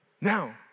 Now